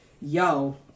yo